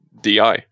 DI